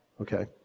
okay